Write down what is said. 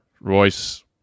Royce